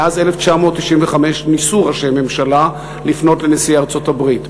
מאז 1995 ניסו ראשי ממשלה לפנות לנשיא ארצות-הברית,